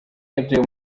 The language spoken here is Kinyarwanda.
yabyaye